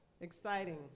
Exciting